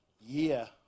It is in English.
year